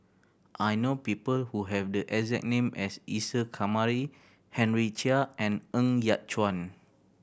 I know people who have the exact name as Isa Kamari Henry Chia and Ng Yat Chuan